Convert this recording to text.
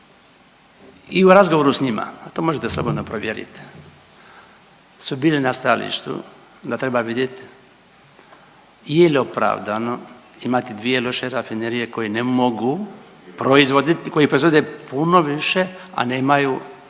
I u razgovoru s njima, to možete slobodno provjerit su bili na stajalištu da treba vidjet je li opravdano imati dvije loše rafinerije koje ne mogu proizvoditi, koji proizvode puno više, a nemaju tržište